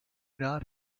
not